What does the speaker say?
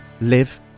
live